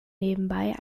nebenbei